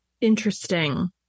Interesting